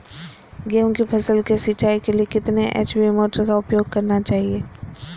गेंहू की फसल के सिंचाई के लिए कितने एच.पी मोटर का उपयोग करना चाहिए?